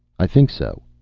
i think so.